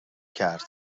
کرد